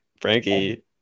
Frankie